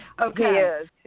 Okay